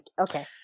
Okay